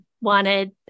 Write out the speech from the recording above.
wanted